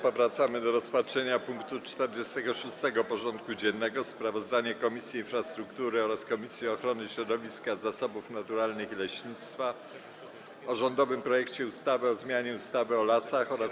Powracamy do rozpatrzenia punktu 46. porządku dziennego: Sprawozdanie Komisji Infrastruktury oraz Komisji Ochrony Środowiska, Zasobów Naturalnych i Leśnictwa o rządowym projekcie ustawy o zmianie ustawy o lasach oraz